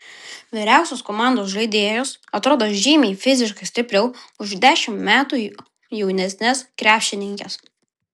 vyriausios komandos žaidėjos atrodo žymiai fiziškai stipriau už dešimt metų jaunesnes krepšininkes